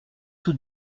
tout